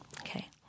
okay